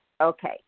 Okay